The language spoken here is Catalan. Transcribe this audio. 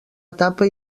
etapa